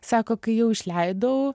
sako kai jau išleidau